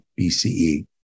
BCE